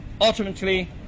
ultimately